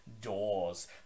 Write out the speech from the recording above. doors